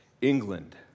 England